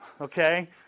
okay